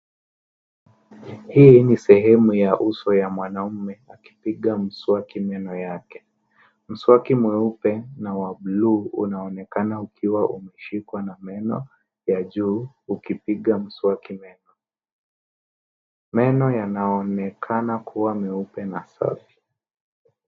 Mwanaume anayepiga mswaki kwa kutumia meno yake ya mbele. Mswaki ni wa rangi ya bluu na nyeupe, na unaonekana umeshikiliwa na meno ya juu wakati wa kupiga mswaki. Meno yake yanaonekana meupe na safi.